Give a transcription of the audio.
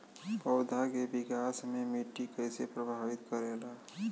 पौधा के विकास मे मिट्टी कइसे प्रभावित करेला?